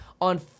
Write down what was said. on